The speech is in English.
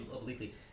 obliquely